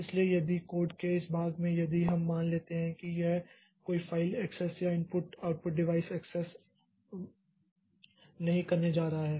इसलिए यदि कोड के इस भाग में यदि हम मान लेते हैं कि यह कोई फ़ाइल एक्सेस या input output device access access नहीं करने जा रहा है